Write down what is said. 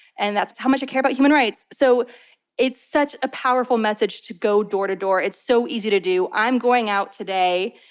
and that's how much i care about human rights. so it's such a powerful message to go door to door, it's so easy to do. i'm going out today,